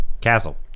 Castle